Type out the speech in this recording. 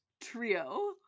trio